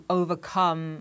overcome